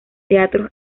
teatro